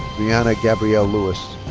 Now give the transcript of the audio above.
briyana gabrielle louis.